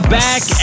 back